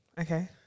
Okay